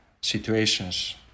situations